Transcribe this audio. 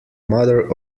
mother